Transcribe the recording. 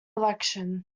election